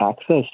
access